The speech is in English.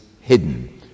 hidden